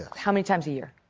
how many times a year?